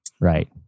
Right